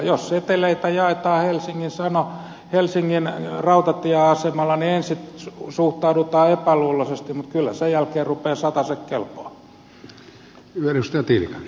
jos seteleitä jaetaan helsingin rautatieasemalla niin ensin suhtaudutaan epäluuloisesti mutta kyllä sen jälkeen rupeavat sataset kelpaamaan